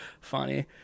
funny